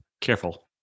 Careful